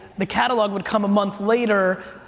the catalog would come a month later.